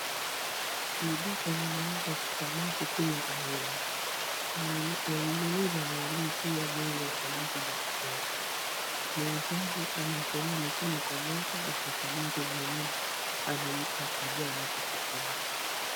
Kwenye duka kunanuzwa samaki wa kila aina kuna mnunuzi anapulizia bei ya samaki anaompenda muuzaji ameekelea mikono kwa meza akisubiri mnunuzi amlipe achague anachokipenda.